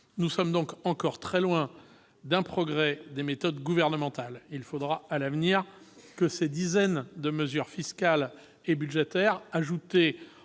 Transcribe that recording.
Nous sommes donc encore très loin d'un progrès des méthodes gouvernementales ! Il faudra, à l'avenir, que ces dizaines de mesures fiscales et budgétaires, ajoutées